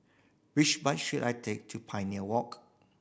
which bus should I take to Pioneer Walk